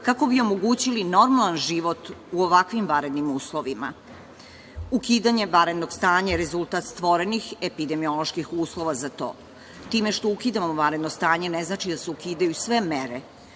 kako bi omogućili normalan život u ovakvim vanrednim uslovima. Ukidanje vanrednog stanja je rezultat stvorenih epidemioloških uslova za to. Time što ukidamo vanredno stanje ne znači da se ukidaju sve mere,